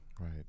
Right